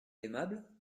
aimable